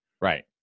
Right